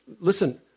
listen